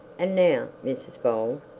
and now, mrs bold,